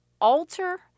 alter